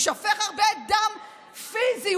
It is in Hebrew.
יישפך הרבה דם פיזי,